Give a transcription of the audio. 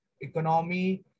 economy